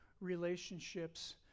relationships